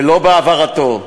ולא בהבערתו.